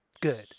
good